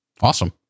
Awesome